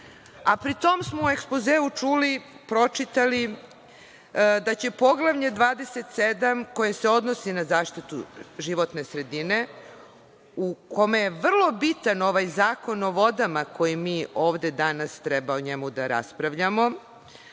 Pri tom smo u ekspozeu čuli, pročitali da će poglavlje 27. koje se odnosi na zaštitu životne sredine u kome je vrlo bitan ovaj zakon o vodama o kojem danas treba da raspravljamo,